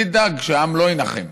אני אדאג שהעם לא יִנחם.